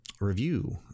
review